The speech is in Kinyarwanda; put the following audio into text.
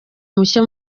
mushya